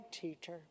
teacher